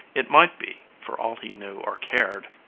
it might be for all he knew or cared.